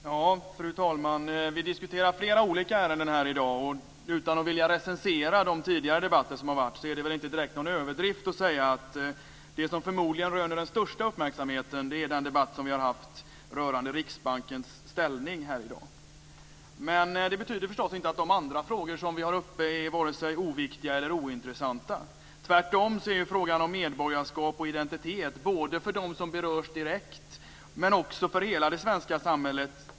Fru talman! Vi diskuterar flera olika ärenden här i dag. Utan att vilja recensera de tidigare debatter som varit är det väl inte direkt någon överdrift att säga att det som förmodligen röner den största uppmärksamheten är den debatt som vi haft här i dag rörande Riksbankens ställning. Men det betyder förstås inte att de andra frågor som vi har uppe till debatt är vare sig oviktiga eller ointressanta. Tvärtom är frågan om medborgarskap och identitet betydelsefull både för dem som berörs direkt men också för hela det svenska samhället.